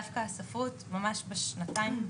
דווקא הספרות ממש בשנתיים,